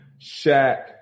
Shaq